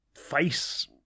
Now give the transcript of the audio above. face